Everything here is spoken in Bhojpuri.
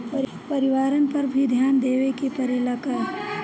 परिवारन पर भी ध्यान देवे के परेला का?